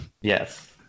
yes